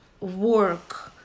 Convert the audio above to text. work